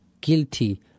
guilty